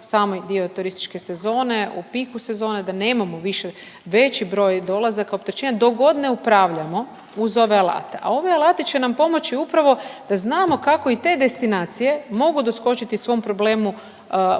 sami dio turističke sezone, u piku sezone da nemamo više veći broj dolazaka i opterećenja dok god ne upravljamo uz ove alate, a ovi alati će nam pomoći upravo da znamo kako i te destinacije mogu doskočiti svom problemu